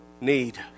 need